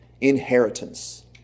inheritance